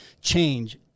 change